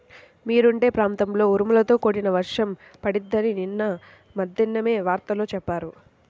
మీరుండే ప్రాంతంలో ఉరుములతో కూడిన వర్షం పడిద్దని నిన్న మద్దేన్నం వార్తల్లో చెప్పారు